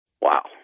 Wow